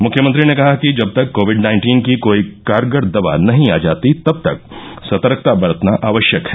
मुख्यमंत्री ने कहा कि जब तक कोविड नाइन्टीन की कोई कारगर दवा नही आ जाती तब तक सतर्कता बरतना आवश्यक है